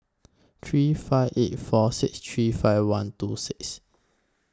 three five eight four six three five one two six